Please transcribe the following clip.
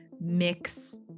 mix